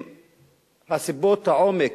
סיבות העומק